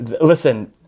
Listen